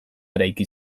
eraiki